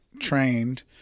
trained